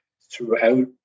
throughout